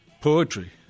poetry